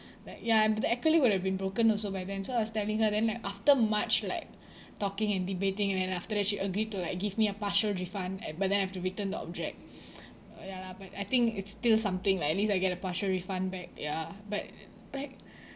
like ya but the acrylic will have been broken also by then so I was telling her then like after much like talking and debating and then after that she agreed to like give me a partial refund uh but then I have to return the object ya lah but I think it's still something lah at least I get a partial refund back ya but like